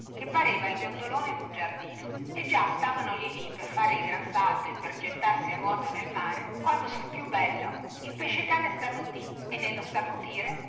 che pareva il viottolone dun giardino e già stavano lì lì per fare il gran salto e per gettarsi a nuoto nel mare quando sul più bello il pesce-cane starnutì e nello starnutire